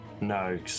No